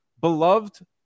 beloved